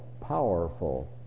powerful